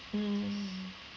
mm